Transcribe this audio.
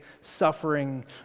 suffering